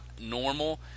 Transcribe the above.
normal